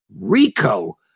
RICO